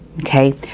Okay